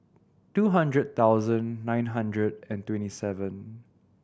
two hundred thousand nine hundred and twenty seven